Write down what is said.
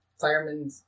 firemen